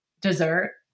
Dessert